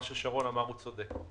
מה ששרון אמר הוא צודק.